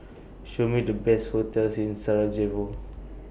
Show Me The Best hotels in Sarajevo